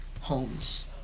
homes